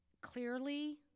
clearly